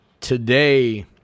today